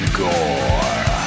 gore